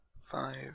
Five